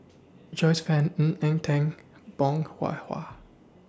Joyce fan Ng Eng Teng Bong Hwa